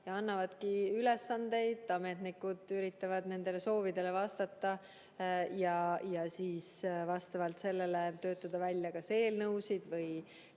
ja annavadki ülesandeid, ametnikud üritavad nendele soovidele vastata ja vastavalt sellele töötada välja kas eelnõusid või